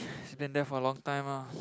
it been there for a long time ah